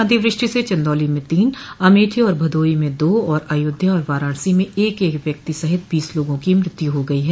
अतिवृष्टि से चन्दौली में तीन अमेठी और भदोही में दो तथा अयोध्या और वाराणसी में एक एक व्यक्ति सहित बीस लोगों की मृत्यु हो गई है